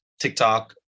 TikTok